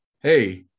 hey